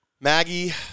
Maggie